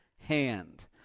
hand